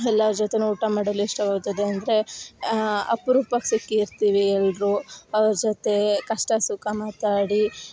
ಎಲ್ಲಾರ್ ಜೊತೆ ಊಟ ಮಾಡಲು ಇಷ್ಟವಾಗುತ್ತದೆ ಅಂದರೆ ಅಪರೂಪಕ್ ಸಿಕ್ಕಿರ್ತಿವಿ ಎಲ್ಲರು ಅವ್ರ ಜೊತೆ ಕಷ್ಟ ಸುಖ ಮಾತಾಡಿ